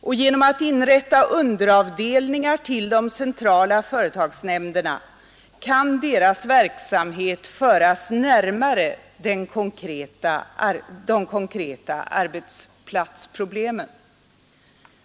Och genom att underavdelningar till de centrala företagsnämnderna inrättas kan deras verksamhet föras närmare de konkreta arbetsplatsproblemen.